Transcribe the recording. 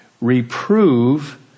reprove